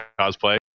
cosplay